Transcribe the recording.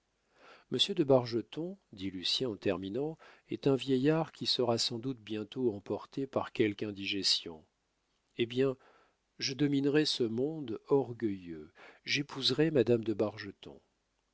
monsieur de bargeton dit lucien en terminant est un vieillard qui sera sans doute bientôt emporté par quelque indigestion eh bien je dominerai ce monde orgueilleux j'épouserai madame de